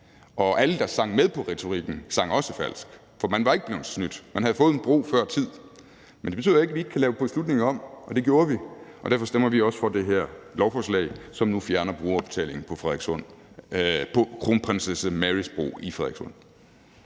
og alle, der sang med på retorikken, sang også falsk, for man var ikke blevet snydt; man havde fået en bro før tid. Men det betyder jo ikke, at vi ikke kan lave beslutningen om, og det gjorde vi. Derfor stemmer vi også for det her lovforslag, som nu fjerner brugerbetalingen på Kronprinsesse Marys Bro i Frederikssund.